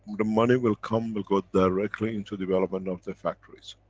the money will come, will go directly into development of the factories.